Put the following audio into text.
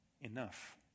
enough